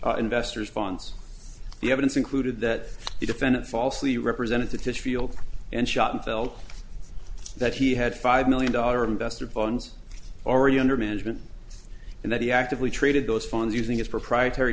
pain investors funds the evidence included that the defendant falsely representatives feel and shot and felt that he had five million dollar investor bonds already under management and that he actively traded those funds using his proprietary